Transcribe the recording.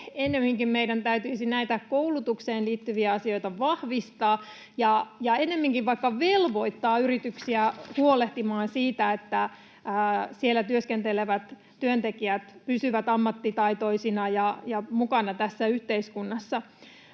ennemminkin meidän täytyisi näitä koulutukseen liittyviä asioita vahvistaa ja ennemminkin vaikka velvoittaa yrityksiä huolehtimaan siitä, että siellä työskentelevät työntekijät pysyvät ammattitaitoisina ja mukana tässä yhteiskunnassa.